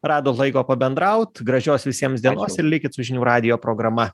radot laiko pabendraut gražios visiems dienos ir likit su žinių radijo programa